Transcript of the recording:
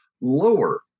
lower